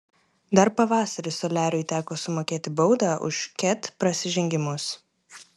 dar pavasarį soliariui teko sumokėti baudą už ket prasižengimus